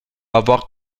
avoir